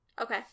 okay